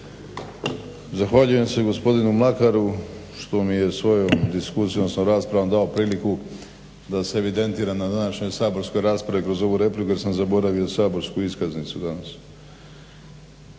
Zahvaljujem se gospodinu Mlakaru što mi je svojom diskusijom, sa raspravom dao priliku da se evidentiram na današnjoj saborskoj raspravi kroz ovu repliku, jer sam zaboravio saborsku iskaznicu danas.